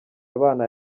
abana